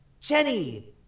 Jenny